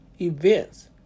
Events